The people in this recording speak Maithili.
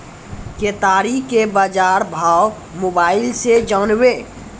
केताड़ी के बाजार भाव मोबाइल से जानवे?